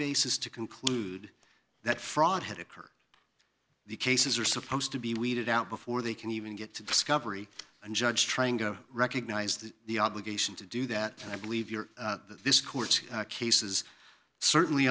basis to conclude that fraud had occurred the cases are supposed to be weeded out before they can even get to discovery and judge trying to recognize that the obligation to do that and i believe you're this court case is certainly